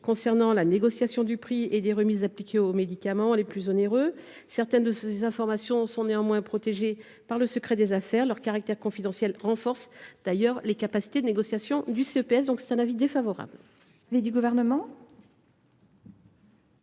concernant la négociation du prix et des remises appliquées aux médicaments les plus onéreux. Or certaines de ces informations sont protégées par le secret des affaires. Leur caractère confidentiel renforce d’ailleurs les capacités de négociation du CEPS. Quel est l’avis du